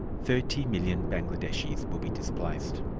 thirty million bangladeshis will be displaced.